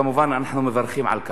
ואנחנו כמובן מברכים על כך.